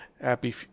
Happy